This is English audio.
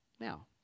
now